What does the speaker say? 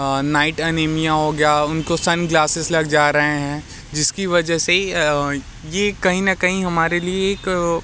night anaemia हो गया उनको सन ग्लासिज़ लग जा रहे हैं जिसकी वजह से ये कहीं ना कहीं हमारे लिए एक